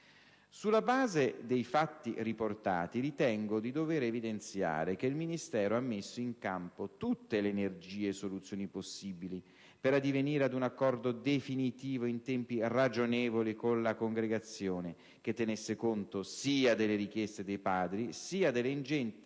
Sulla base dei fatti riportati, ritengo di dover evidenziare che il Ministero ha messo in campo tutte le energie e soluzioni possibili per addivenire ad un accordo definitivo in tempi ragionevoli con la Congregazione che tenesse conto sia delle richieste dei Padri, sia delle ingenti